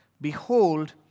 Behold